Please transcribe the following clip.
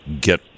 get